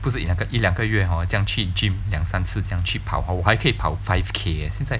不是一两个一两个月 hor 这样去 gym 两三次这样去跑 hor 我还可以跑 five K eh 现在